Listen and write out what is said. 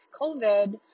COVID